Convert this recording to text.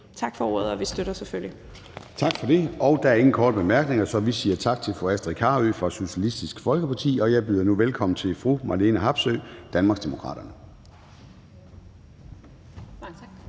Formanden (Søren Gade): Tak for det. Der er ingen korte bemærkninger, så vi siger tak til fru Astrid Carøe fra Socialistisk Folkeparti. Jeg byder nu velkommen til fru Marlene Harpsøe, Danmarksdemokraterne.